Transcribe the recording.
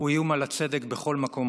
הוא איום על הצדק בכל מקום אחר.